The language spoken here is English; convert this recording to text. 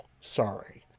sorry